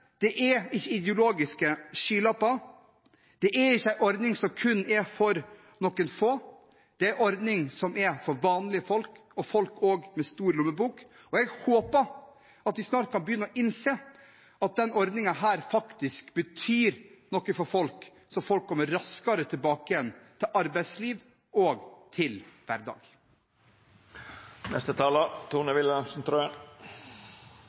det er ikke ideologiske skylapper, det er ikke en ordning som kun er for noen få, det er en ordning som er for vanlige folk – og for folk med stor lommebok – og jeg håper at vi snart kan begynne å innse at denne ordningen faktisk betyr noe for folk, så folk kommer raskere tilbake til arbeidsliv og til